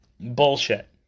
Bullshit